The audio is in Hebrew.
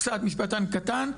קצת משפטן קטן,